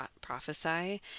prophesy